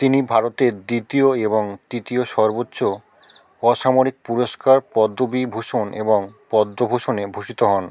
তিনি ভারতের দ্বিতীয় এবং তৃতীয় সর্বোচ্চ অসামরিক পুরস্কার পদ্মবিভূষণ এবং পদ্মভূষণে ভূষিত হন